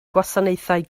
gwasanaethau